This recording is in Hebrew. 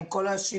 עם כל השינוי,